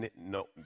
no